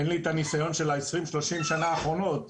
אין לי את הניסיון של ה-20 30 שנה האחרונות.